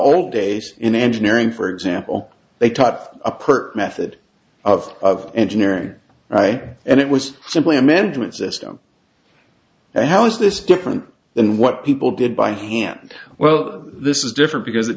old days in engineering for example they taught a perfect method of engineering and it was simply a management system and how is this different than what people did by hand well this is different because it